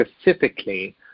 specifically